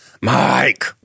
Mike